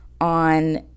on